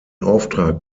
auftrag